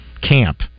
camp